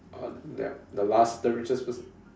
uh the last the richest person